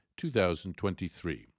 2023